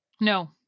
No